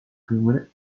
câmera